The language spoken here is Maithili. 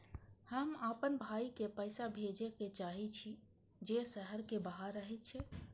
हम आपन भाई के पैसा भेजे के चाहि छी जे शहर के बाहर रहे छै